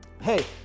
hey